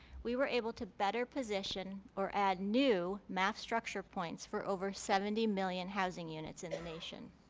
we were able to better position or add new mass structure points for over seventy million housing units in the nation.